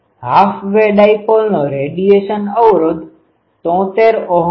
half wave ડાયપોલનો radiation અવરોધ 73Ωઓહમ છે